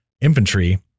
infantry